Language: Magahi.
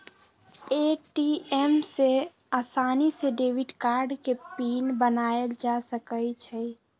ए.टी.एम में आसानी से डेबिट कार्ड के पिन बनायल जा सकई छई